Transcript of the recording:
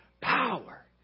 power